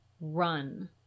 run